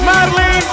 Marley